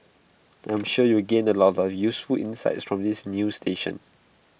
I'm sure you will gain A lot of useful insights from this new station